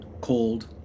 cold